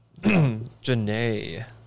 Janae